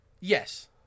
Yes